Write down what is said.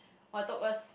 !wah! took us